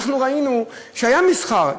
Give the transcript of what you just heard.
אנחנו ראינו שהיה מסחר,